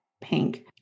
pink